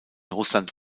russland